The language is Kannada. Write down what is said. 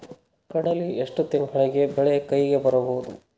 ಕಡಲಿ ಎಷ್ಟು ತಿಂಗಳಿಗೆ ಬೆಳೆ ಕೈಗೆ ಬರಬಹುದು?